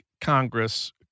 Congress